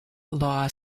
law